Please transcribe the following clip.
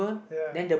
ya